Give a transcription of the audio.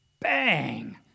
Bang